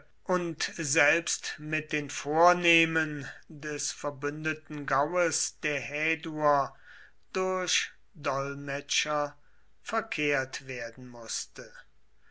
und selbst mit den vornehmen des verbündeten gaues der häduer durch dolmetscher verkehrt werden mußte